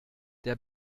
der